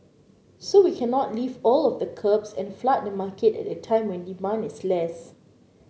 so we cannot lift all of the curbs and flood the market at a time when demand is less